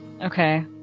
Okay